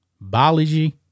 Biology